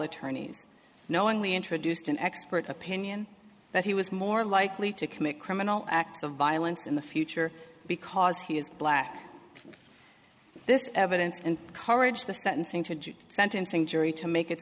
attorney knowingly introduced an expert opinion that he was more likely to commit criminal acts of violence in the future because he is black this is evidence and courage the sentencing to sentencing jury to make it